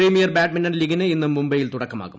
premier badminton ലീഗിന് ഇന്ന് മുംബൈയിൽ തുടക്കമാകും